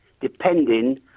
depending